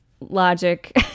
logic